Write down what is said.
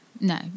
No